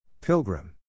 Pilgrim